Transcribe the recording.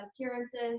appearances